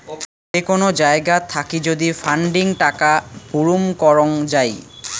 যে কোন জায়গাত থাকি যদি ফান্ডিং টাকা বুরুম করং যাই